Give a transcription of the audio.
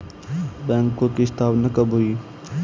बैंकों की स्थापना कब हुई?